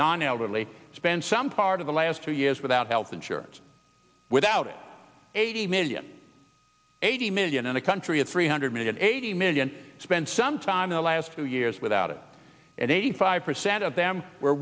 non elderly spent some part of the last two years without health insurance without it eighty million eighty million and a country of three hundred million eighty million spent some time in the last few years without it and eighty five percent of them were